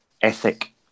ethic